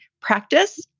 practice